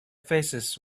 faces